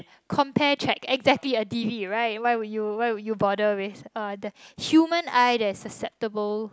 compare check exactly a T_V right why would you why would you bother with uh the human eye that's susceptible